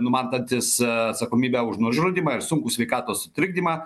numatantis atsakomybę už nužudymą ir sunkų sveikatos sutrikdymą